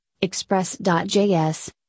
Express.js